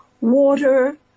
Water